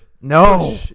No